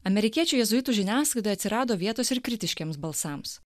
amerikiečių jėzuitų žiniasklaidoj atsirado vietos ir kritiškiems balsams